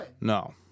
no